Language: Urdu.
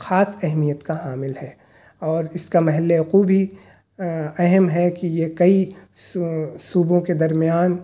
خاص اہمیت کا حامل ہے اور اس کا محلِّ وقوع بھی اہم ہے کہ یہ کئی صوبوں کے درمیان